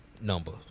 number